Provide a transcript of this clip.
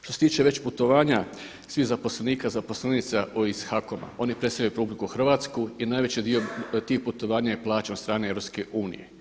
Što se tiče već putovanja, svih zaposlenika, zaposlenica iz HAKOM-a, oni predstavljaju RH i najveći dio tih putovanja je plaćen od strane EU.